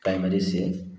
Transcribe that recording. कैमरे से